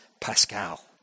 Pascal